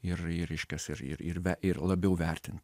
ir ir reiškias ir ir ir labiau vertina